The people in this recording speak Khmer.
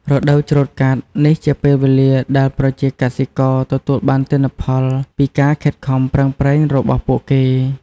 រដូវច្រូតកាត់ នេះជាពេលវេលាដែលប្រជាកសិករទទួលបានទិន្នផលពីការខិតខំប្រឹងប្រែងរបស់ពួកគេ។